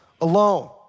alone